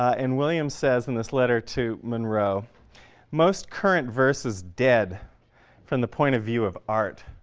and williams says in this letter to monroe most current verse is dead from the point of view of art,